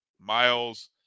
Miles